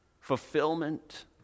fulfillment